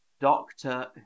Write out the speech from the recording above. Doctor